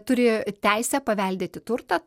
turi teisę paveldėti turtą